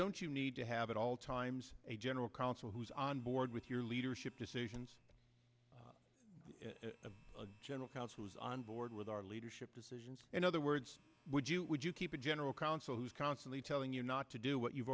don't you need to have at all times a general counsel who is on board with your leadership decisions the general counsel is on board with our leadership decisions in other words would you would you keep general counsel who's constantly telling you not to do what you've